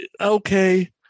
Okay